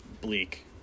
Bleak